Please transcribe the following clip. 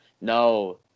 No